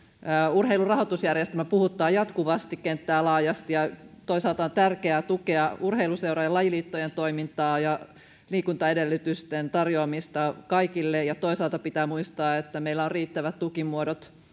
urheilun rahoitusjärjestelmä puhuttaa jatkuvasti kenttää laajasti toisaalta on tärkeää tukea urheiluseurojen lajiliittojen toimintaa ja liikuntaedellytysten tarjoamista kaikille ja toisaalta pitää muistaa että meillä on riittävät tukimuodot